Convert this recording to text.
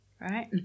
right